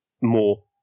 more